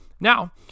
Now